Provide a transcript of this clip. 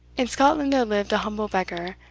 in scotland there lived a humble beggar,